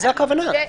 זו הכוונה.